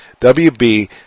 WB